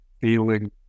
feeling